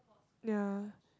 ya